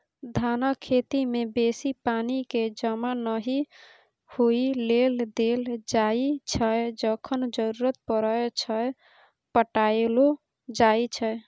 धानक खेती मे बेसी पानि केँ जमा नहि होइ लेल देल जाइ छै जखन जरुरत परय छै पटाएलो जाइ छै